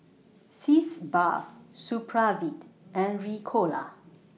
Sitz Bath Supravit and Ricola